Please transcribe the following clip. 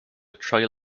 trail